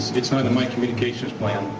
it's not in my communications plan